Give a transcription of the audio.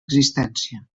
existència